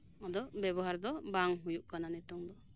ᱟᱫᱚ ᱵᱮᱵᱚᱦᱟᱨ ᱫᱚ ᱵᱟᱝ ᱦᱩᱭᱩᱜ ᱠᱟᱱᱟ ᱱᱤᱛᱚᱝ ᱫᱚ